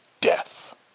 death